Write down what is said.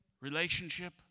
relationship